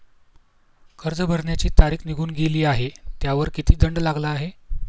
कर्ज भरण्याची तारीख निघून गेली आहे त्यावर किती दंड लागला आहे?